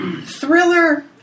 thriller